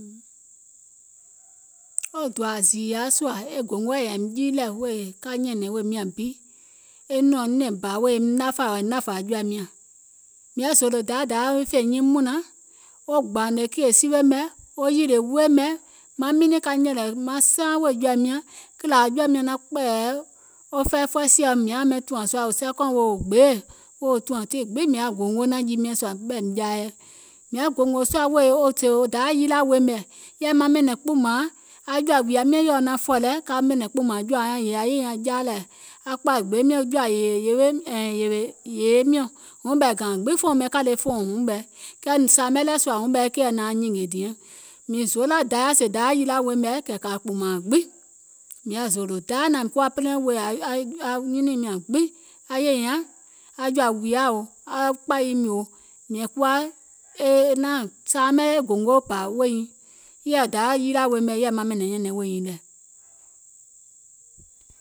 Wɔŋ dòȧ zììyȧa sùȧ e gòngoɛ̀ yȧìm jii lɛ̀ wèè ka nyɛ̀nɛ̀ŋ wèè miȧŋ bi e nɔ̀ŋ nɛ̀ŋ bȧ wèè eim nafà ɔ̀ɔ̀ e nȧfȧ aŋ jɔ̀ȧim nyȧŋ, mìŋ yaȧ zòòlò dayȧ dayȧ wo wi fè nyiiŋ mùnlaŋ, wo gbȧȧnè kèì siwè mɛ̀, wo yìlè weè mɛ̀, maŋ miinìŋ ka nyɛ̀lɛ̀ maŋ saaŋ wèè jɔ̀ȧim nyȧŋ, kìlȧ jɔ̀ȧim nyȧŋ naŋ kpɛ̀ɛ̀yɛ̀ wo fɛi fɔisìɔ mìŋ tùȧŋ sùȧ wɔŋ second wèè wo gbeè, tii gbiŋ mìŋ yaȧ goongo naȧŋ jii miɛ̀ŋ sùȧ miŋ jaa yɛi, mìŋ yaȧ gòngò sùȧ sèè wo dayȧ yilȧ weè mɛ̀ yɛ̀i maŋ kpùùmàŋ aŋ jɔ̀ȧ wùiyaim nyȧŋ yèɔ naŋ fɔ̀ lɛ ka ɓɛ̀nɛ̀ŋ kpùùmȧŋ aŋ jɔ̀ȧuŋ nyȧŋ yèè aŋ yè nyaŋ jaa lɛ̀ wo kpȧi gbee miɔ̀ŋ wii jɔ̀ȧ yèye miɔ̀ŋ, wuŋ ɓɛɛ gȧȧŋ gbiŋ fòuŋ ɓɛìŋ kȧle fòuŋ wuŋ ɓɛɛ, kɛɛ sȧȧmɛ lɛɛ̀ sùȧ wuŋ ɓɛɛ keìɛ naʋŋ nyìngè diɛŋ, mìŋ zoolà dayȧ sèè dayȧ yilȧ weè mɛ̀ kɛ̀ kȧ kpùùmȧŋ aŋ gbiŋ, mìŋ yaȧ zòòlò dayȧ nȧȧŋ kuwa plan wèè aŋyunùim nyȧŋ gbiŋ, aŋ yè nyaŋ aŋ jɔ̀ȧ wùìyaò, kpȧyim yòò mìŋ kuwa naȧŋ e gòngo bȧ weè nyiŋ, yèɛ dayȧ yilȧ weè mɛ̀ yèɛ maŋ ɓɛ̀nɛ̀ŋ nyɛ̀nɛŋ weè nyiŋ nɛ̀.